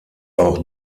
auch